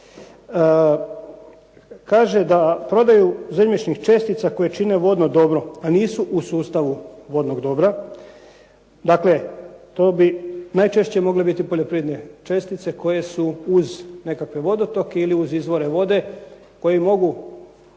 kaže da prodaju zemljišnih čestica koje čine vodno dobro, a nisu u sustavu vodnog dobra, dakle to bi najčešće mogle biti poljoprivredne čestice koje su uz nekakve vodotoke ili uz izvore vode koji mogu